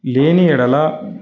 లేని ఎడల